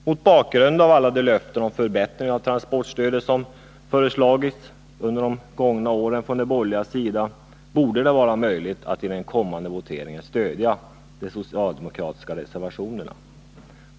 Mot bakgrund av alla de löften om förbättring av transportstödet som under de gångna åren föreslagits av de borgerliga borde det vara möjligt att i den kommande voteringen stödja de socialdemokratiska reservationerna.